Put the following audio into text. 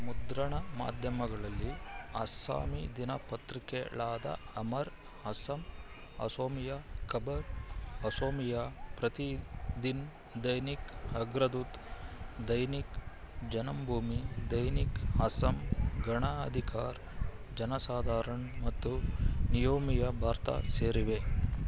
ಮುದ್ರಣ ಮಾಧ್ಯಮಗಳಲ್ಲಿ ಅಸ್ಸಾಮಿ ದಿನಪತ್ರಿಕೆಗಳಾದ ಅಮರ್ ಅಸ್ಸಂ ಅಸೋಮಿಯಾ ಖಬರ್ ಅಸೋಮಿಯಾ ಪ್ರತಿದಿನ್ ದೈನಿಕ್ ಅಗ್ರದೂತ್ ದೈನಿಕ್ ಜನಂಭೂಮಿ ದೈನಿಕ್ ಅಸ್ಸಂ ಗಣ ಅಧಿಕಾರ್ ಜನಸಾಧಾರಣ್ ಮತ್ತು ನಿಯೋಮಿಯಾ ಬಾರ್ತಾ ಸೇರಿವೆ